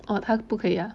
oh 他不可以 ah